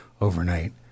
overnight